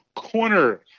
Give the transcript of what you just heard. corner